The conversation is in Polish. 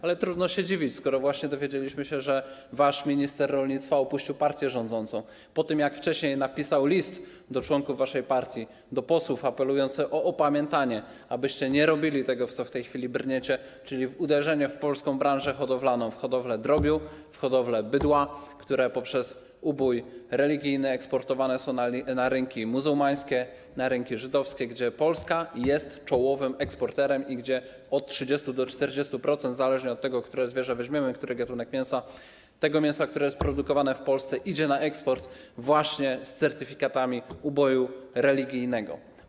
Ale trudno się dziwić, skoro właśnie dowiedzieliśmy się, że wasz minister rolnictwa opuścił partię rządzącą po tym, jak wcześniej napisał list do członków waszej partii, do posłów, apelując o opamiętanie, abyście nie robili tego, w co w tej chwili brniecie, czyli w uderzenie w polską branżę hodowlaną, w hodowlę drobiu, w hodowlę bydła, które po uboju religijnym eksportowane są na rynki muzułmańskie, na rynki żydowskie, gdzie Polska jest czołowym eksporterem i gdzie 30–40%, zależnie od tego, które zwierzę weźmiemy, który gatunek mięsa, tego mięsa, które jest produkowane w Polsce, idą na eksport właśnie z certyfikatami uboju religijnego.